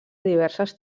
diverses